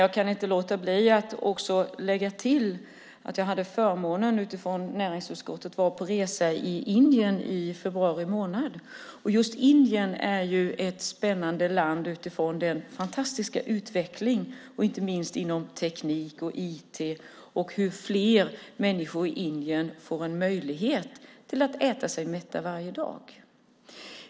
Jag kan inte låta bli att också lägga till att jag hade förmånen att vara med näringsutskottet på resa i Indien i februari månad. Just Indien är ju ett spännande land utifrån den fantastiska utvecklingen, inte minst inom teknik och IT, och utifrån hur fler människor i Indien får möjlighet att äta sig mätta varje dag.